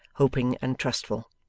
hoping and trustful.